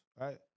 right